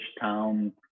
town